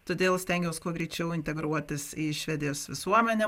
todėl stengiaus kuo greičiau integruotis į švedijos visuomenę